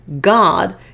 God